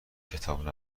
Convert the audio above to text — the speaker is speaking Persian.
کتاب